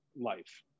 life